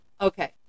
okay